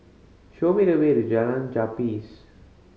show me the way to Jalan Japis